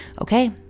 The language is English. Okay